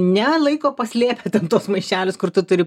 ne laiko paslėpę tuos maišelius kur tu turi